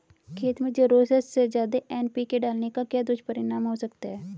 खेत में ज़रूरत से ज्यादा एन.पी.के डालने का क्या दुष्परिणाम हो सकता है?